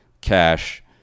cash